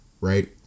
Right